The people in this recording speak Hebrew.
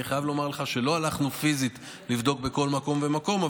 אני חייב לומר לך שלא הלכנו פיזית לבדוק בכל מקום ומקום,